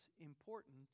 important